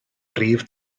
brif